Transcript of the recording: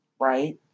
Right